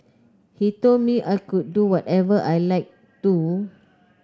he told me I could do whatever I like do